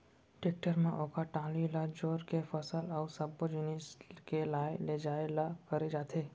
tractor म ओकर trolley ल जोर के फसल अउ सब्बो जिनिस के लाय लेजाय ल करे जाथे